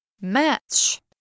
match